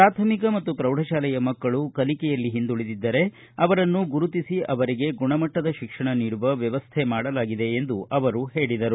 ಪ್ರಾಥಮಿಕ ಮತ್ತು ಪ್ರೌಢಶಾಲೆಯ ಮಕ್ಕಳು ಕಲಿಕೆಯಲ್ಲಿ ಹಿಂದುಳಿದಿದ್ದರೆ ಅವರನ್ನು ಪತ್ತೆ ಹಚ್ಚಿ ಅವರಿಗೆ ಗುಣಮಟ್ಟದ ಶಿಕ್ಷಣ ನೀಡುವ ವ್ವವಸ್ಥೆ ಮಾಡಲಾಗಿದೆ ಎಂದು ಅವರು ಹೇಳಿದರು